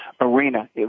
arena